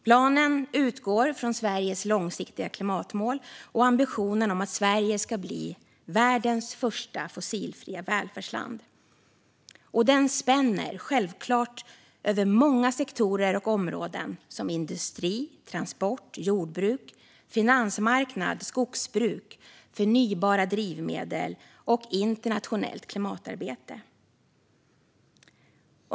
Planen utgår från Sveriges långsiktiga klimatmål och ambitionen att Sverige ska bli världens första fossilfria välfärdsland. Den spänner självklart över många sektorer och områden, som industri, transport, jordbruk, finansmarknad, skogsbruk, förnybara drivmedel och internationellt klimatarbete.